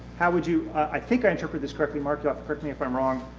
how would you i think i interpret this correctly, mark, correct me if i'm wrong,